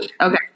Okay